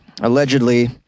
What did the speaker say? allegedly